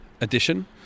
edition